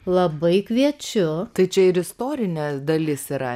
labai kviečiu tai čia ir istorinė dalis yra